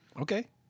okay